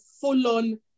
full-on